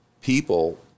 people